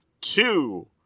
two